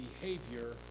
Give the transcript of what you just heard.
behavior